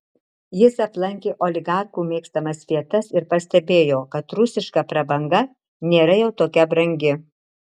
jis aplankė oligarchų mėgstamas vietas ir pastebėjo kad rusiška prabanga nėra jau tokia brangi